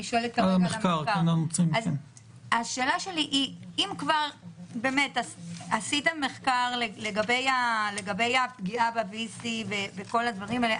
אם כבר באמת עשיתם מחקר לגבי הפגיעה ב-VC וכל הדברים האלה,